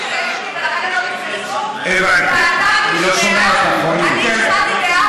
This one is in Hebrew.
אני שמעתי דעה